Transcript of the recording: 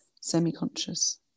semi-conscious